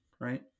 Right